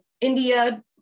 India